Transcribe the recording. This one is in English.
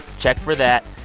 check for that.